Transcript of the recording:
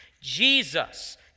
Jesus